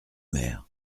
mer